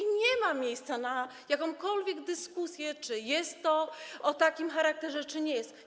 I nie ma miejsca na jakąkolwiek dyskusję, czy jest to o takim charakterze, czy nie jest.